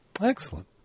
Excellent